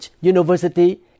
university